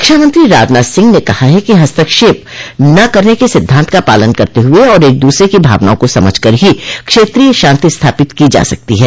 रक्षामंत्रो राजनाथ सिंह ने कहा है कि हस्तक्षेप न करने के सिद्धान्त का पालन करते हुए और एक दूसरे की भावनाओं को समझकर ही क्षेत्रीय शांति स्थापित की जा सकती है